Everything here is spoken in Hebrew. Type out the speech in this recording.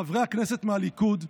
חברי הכנסת מהליכוד,